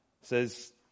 says